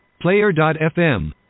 Player.fm